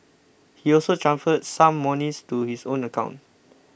he also transferred some monies to his own account